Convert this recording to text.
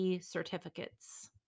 certificates